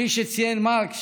כפי שציין מרק,